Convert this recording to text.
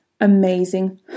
amazing